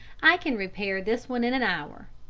i can repair this one in an hour.